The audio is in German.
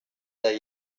der